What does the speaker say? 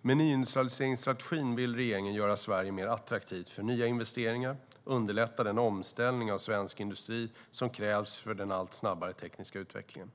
Med nyindustrialiseringsstrategin vill regeringen göra Sverige mer attraktivt för nya investeringar och underlätta den omställning av svensk industri som krävs av den allt snabbare tekniska utvecklingen.